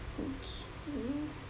okay